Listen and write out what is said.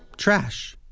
trash.